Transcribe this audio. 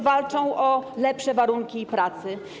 Walczą o lepsze warunki pracy.